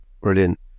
brilliant